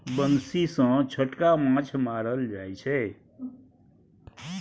बंसी सँ छोटका माछ मारल जाइ छै